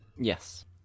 yes